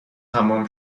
تمام